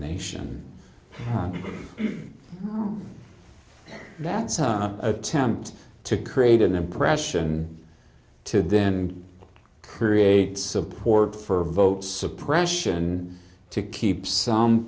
nation that's attempt to create an impression to then create support for vote suppression to keep some